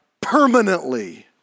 permanently